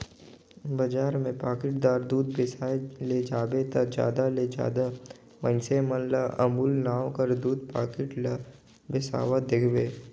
बजार में पाकिटदार दूद बेसाए ले जाबे ता जादा ले जादा मइनसे मन ल अमूल नांव कर दूद पाकिट ल बेसावत देखबे